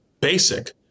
basic